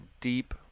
deep